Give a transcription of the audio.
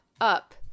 up